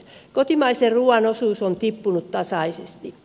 kotimaisen ruuan osuus on tippunut tasaisesti